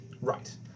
Right